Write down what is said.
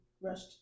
Rushed